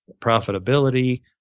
profitability